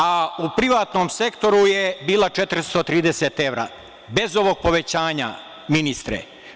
A u privatnom sektoru je bila 430 evra, bez ovog povećanja, ministre.